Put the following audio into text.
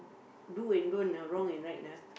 do and don't ah wrong and right ah